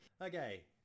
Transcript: Okay